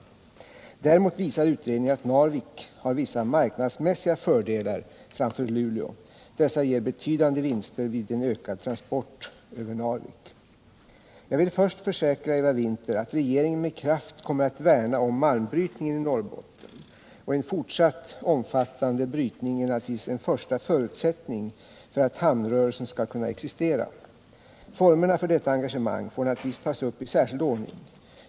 Däremot visar utredningen att Narvik har vissa marknadsmässiga fördelar framför Luleå. Dessa ger betydande vinster vid en ökad transport över Narvik. Jag vill försäkra Eva Winther att regeringen med kraft kommer att värna om malmbrytningen i Norrbotten, och en fortsatt omfattande brytning är naturligtvis en första förutsättning för att hamnrörelsen skall kunna existera. Formerna för detta engagemang får naturligtvis tas upp i särskild ordning.